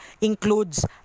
includes